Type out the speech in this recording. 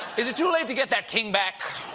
is it too late to get that king back?